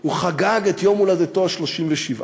הוא חגג את יום הולדתו ה-37.